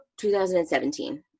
2017